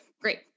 Great